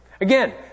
Again